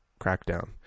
crackdown